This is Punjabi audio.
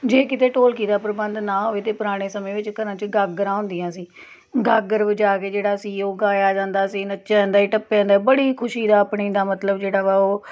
ਜੇ ਕਿਤੇ ਢੋਲਕੀ ਦਾ ਪ੍ਰਬੰਧ ਨਾ ਹੋਵੇ ਅਤੇ ਪੁਰਾਣੇ ਸਮੇਂ ਵਿੱਚ ਘਰਾਂ 'ਚ ਗਾਗਰਾਂ ਹੁੰਦੀਆਂ ਸੀ ਗਾਗਰ ਵਜਾ ਕੇ ਜਿਹੜਾ ਸੀ ਉਹ ਗਾਇਆ ਜਾਂਦਾ ਸੀ ਨੱਚਿਆ ਜਾਂਦਾ ਸੀ ਟੱਪਿਆਂ ਜਾਂਦਾ ਬੜੀ ਖੁਸ਼ੀ ਦਾ ਆਪਣੀ ਦਾ ਮਤਲਬ ਜਿਹੜਾ ਵਾ ਉਹ